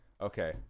okay